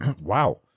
wow